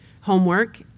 homework